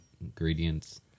ingredients